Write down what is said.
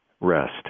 rest